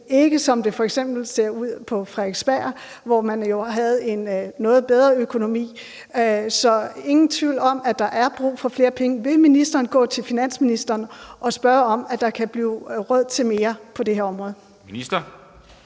ikke som den f.eks. ser ud i Frederiksberg, hvor man jo havde en noget bedre økonomi. Så der er ingen tvivl om, at der er brug for flere penge. Vil ministeren gå til finansministeren og spørge, om der kan blive råd til mere på det her område? Kl.